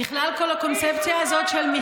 אתם לא יודעים מהחיים שלכם.